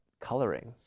coloring